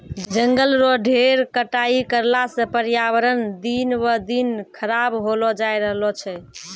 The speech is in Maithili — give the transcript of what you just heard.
जंगल रो ढेर कटाई करला सॅ पर्यावरण दिन ब दिन खराब होलो जाय रहलो छै